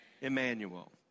Emmanuel